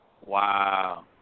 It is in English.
Wow